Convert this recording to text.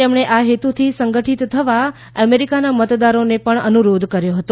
તેમણે આ હેતુથી સંગઠીત થવા અમેરીકાનાં મતદારોને અનુરોધ કર્યો હતો